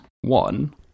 One